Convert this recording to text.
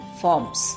forms